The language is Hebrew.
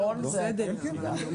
בעייתי.